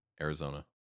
Arizona